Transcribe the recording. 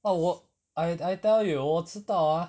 !wah! 我 I I tell you 我知道 ah